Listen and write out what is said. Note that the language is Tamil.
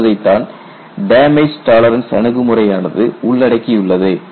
என்பதைத்தான் டேமேஜ் டாலரன்ஸ் அணுகுமுறையானது உள்ளடக்கியுள்ளது